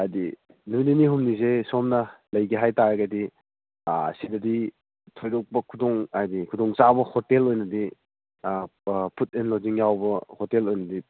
ꯍꯥꯏꯗꯤ ꯅꯨꯃꯤꯠ ꯅꯤꯅꯤ ꯍꯨꯝꯅꯤꯁꯦ ꯁꯣꯝꯅ ꯂꯩꯒꯦ ꯍꯥꯏꯔꯇꯥꯒꯗꯤ ꯁꯤꯗꯗꯤ ꯊꯣꯏꯗꯣꯛꯄ ꯈꯨꯗꯣꯡ ꯍꯥꯏꯗꯤ ꯈꯨꯗꯣꯡ ꯆꯥꯕ ꯍꯣꯇꯦꯜ ꯑꯣꯏꯅꯗꯤ ꯐꯨꯗ ꯑꯦꯟ ꯂꯣꯗꯖꯤꯡ ꯌꯥꯎꯕ ꯍꯣꯇꯦꯜ ꯑꯣꯏꯅꯗꯤ